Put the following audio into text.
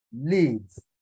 leads